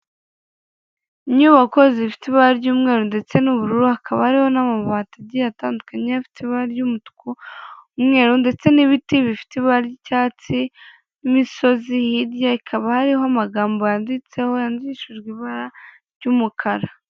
Inyubako zifite ibara ry'umweru ndetse n'ubururu, hakaba hariho n'amabati agiye atandukanye, afite ibara ry'umutuku n'umweru ndetse n'ibiti bifite ibara ry'icyatsi, n'imisozi hirya, ikaba hariho amagambo yanditseho yandikishijwe ibara ry'umukara.